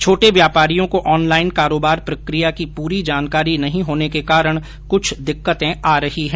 छोटे व्यापारियों को ऑनलाइन कारोबार प्रक्रिया की पूरी जानकारी नहीं होने के कारण कुछ दिक्कतें आ रही हैं